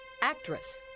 Actress